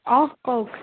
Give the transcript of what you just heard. অঁ কওক